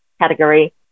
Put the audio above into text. category